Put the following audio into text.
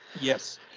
Yes